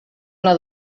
una